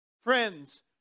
Friends